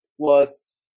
plus